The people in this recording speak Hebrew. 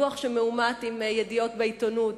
דוח שמאומת עם ידיעות בעיתונות,